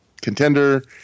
contender